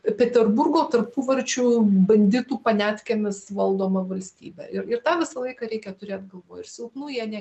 peterburgo tarpuvarčių banditų paniatkėmis valdoma valstybė ir ir tą visą laiką reikia turėt galvoj ir silpnų jie ne